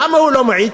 למה הוא לא מעיד?